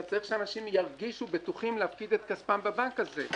אתה צריך שאנשים ירגישו בטוחים להפקיד את כספם בבנק הזה,